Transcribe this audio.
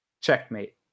Checkmate